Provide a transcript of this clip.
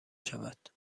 شود